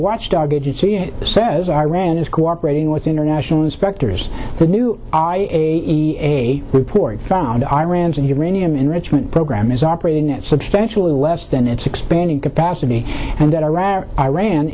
watchdog agency says iran is cooperating with international inspectors the new report found iran's uranium enrichment program is operating at substantially less than its expanding capacity and that iraq iran